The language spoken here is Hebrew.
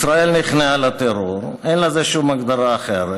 ישראל נכנעה לטרור, אין לזה שום הגדרה אחרת.